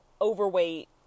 Overweight